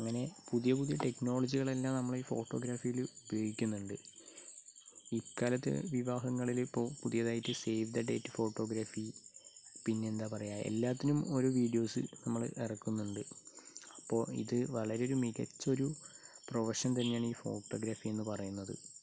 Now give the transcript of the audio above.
അങ്ങനെ പുതിയ പുതിയ ടെക്നോളജികളെല്ലാം നമ്മുടെ ഈ ഫോട്ടോഗ്രാഫിയിൽ ഉപയോഗിക്കുന്നുണ്ട് ഇക്കാലത്ത് വിവാഹങ്ങളിൽ ഇപ്പോൾ പുതിയതായിട്ട് സേവ് ദ ഡേറ്റ് ഫോട്ടോഗ്രാഫി പിന്നെന്താണ് പറയുക എല്ലാറ്റിനും ഒരു വിഡീയോസ് നമ്മൾ ഇറക്കുന്നുണ്ട് അപ്പോൾ ഇത് വളരെയൊരു മികച്ചൊരു പ്രൊഫഷന് തന്നെയാണ് ഈ ഫോട്ടോഗ്രാഫി എന്നു പറയുന്നത്